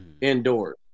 indoors